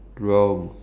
wrong